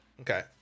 Okay